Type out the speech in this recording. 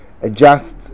adjust